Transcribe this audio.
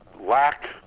lack